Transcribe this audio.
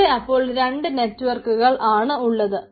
ഇവിടെ അപ്പോൾ രണ്ടു നെറ്റുവർക്കുകൾ ആണ് ഉള്ളത്